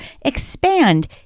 expand